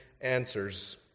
answers